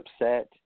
upset